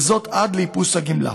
וזאת עד לאיפוס הגמלה.